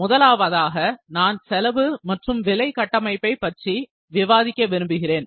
முதலாவதாக நான் செலவு மற்றும் விலை கட்டமைப்பை பற்றி நான் விவாதிக்க விரும்புகிறேன்